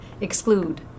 exclude